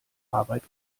arbeit